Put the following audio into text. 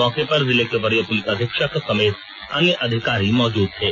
मौके पर जिले के वरीय पुलिस अधीक्षक समेत अन्य अधिकारी मौजूद थे